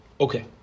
Okay